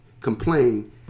complain